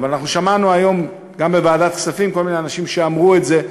אבל שמענו היום גם בוועדת הכספים כל מיני אנשים שאמרו את זה,